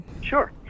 Sure